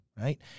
right